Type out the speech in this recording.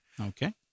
Okay